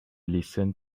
listen